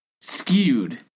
skewed